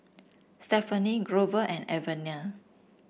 Stefanie Grover and Alvena